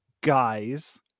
guys